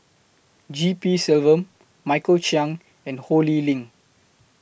G P Selvam Michael Chiang and Ho Lee Ling